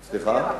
סליחה?